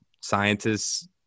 scientists